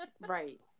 right